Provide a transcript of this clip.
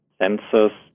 sensors